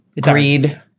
greed